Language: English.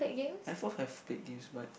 I forth have played games but